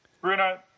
Bruno